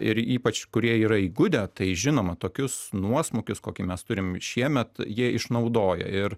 ir ypač kurie yra įgudę tai žinoma tokius nuosmukius kokį mes turim šiemet jie išnaudoja ir